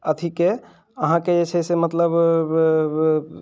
अथीके अहाँके जे छै से मतलब